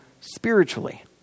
spiritually